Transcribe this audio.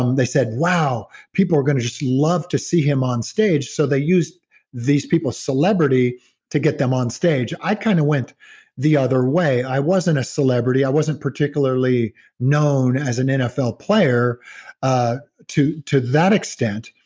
um they said, wow, people are going to just love to see him on stage. so they used these people celebrity to get them on stage. i kind of went the other way. i wasn't a celebrity. i wasn't particularly known as an nfl player ah to to that extent.